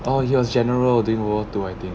orh he was general during world war two I think